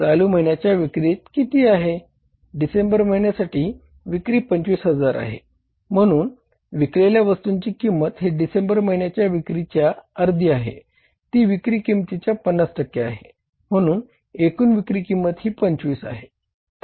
चालू महिन्याच्या विक्रीत किती आहे डिसेंबर महिन्यासाठी विक्री 25000 आहे म्हणून विकलेल्या वस्तूंची किंमत ही डिसेंबर महिन्याच्या विक्रीच्या अर्धी आहे ते विक्री किंमतीच्या 50 टक्के आहे म्हणून एकूण विक्री किंमत ही 25 आहे